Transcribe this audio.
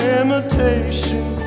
imitation